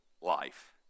life